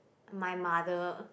my mother